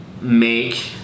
make